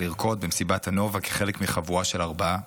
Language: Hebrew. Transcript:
לרקוד במסיבת הנובה כחלק מחבורה של ארבעה,